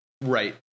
Right